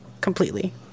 completely